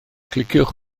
cliciwch